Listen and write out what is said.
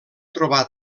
trobar